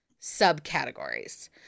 subcategories